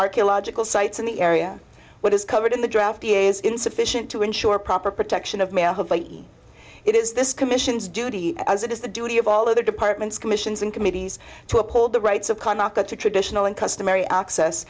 archaeological sites in the area what is covered in the drafty is insufficient to ensure proper protection of mail it is this commission's duty as it is the duty of all other departments commissions and committees to uphold the rights of kanaka to traditional and customary access